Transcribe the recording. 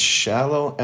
shallow